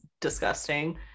disgusting